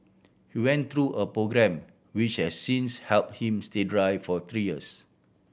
he went through a programme which has since helped him stay dry for three years